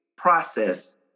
process